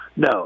No